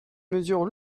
mesures